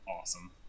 awesome